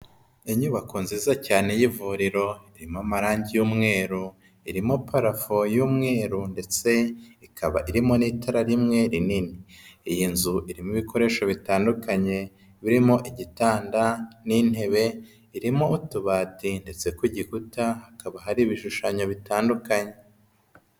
Inyubako nziza cyane y'ivuriro irimo amarangi y'umweru, irimo parafo y'umweru, ndetse ikaba irimo n'itara rimwe rinini, iyi nzu irimo ibikoresho bitandukanye, birimo igitanda, n'intebe, irimo utubati, ndetse ku gikuta hakaba hari ibishushanyo bitandukanye.